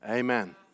Amen